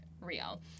real